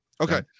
Okay